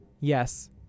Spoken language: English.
Yes